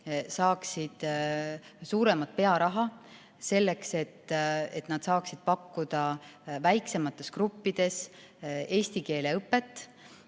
saaksid suuremat pearaha, selleks et nad saaksid pakkuda väiksemates gruppides eesti keele õpet,